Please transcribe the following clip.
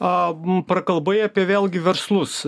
a mu prakalbai apie vėlgi verslus